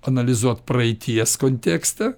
analizuot praeities kontekstą